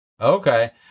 okay